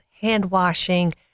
hand-washing